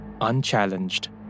unchallenged